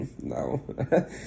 No